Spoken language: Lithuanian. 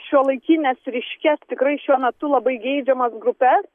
šiuolaikines ryškias tikrai šiuo metu labai geidžiamas grupes